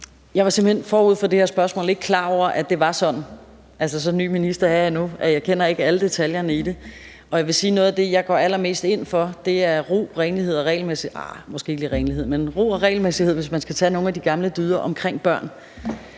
for det her spørgsmål simpelt hen ikke klar over, at det var sådan. Altså, så ny en minister er jeg nu, at jeg ikke kender alle detaljerne i det. Jeg vil sige, at noget af det, jeg går allermest ind for, er ro, renlighed og regelmæssighed – nej, måske ikke lige renlighed, men ro og regelmæssighed – for at tage nogle af de gamle dyder omkring børn.